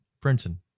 Princeton